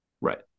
Right